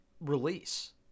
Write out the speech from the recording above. release